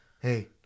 hey